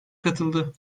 katıldı